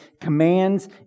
commands